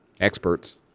experts